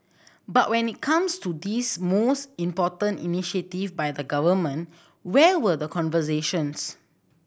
but when it comes to this most important initiative by the Government where were the conversations